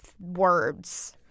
words